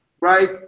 right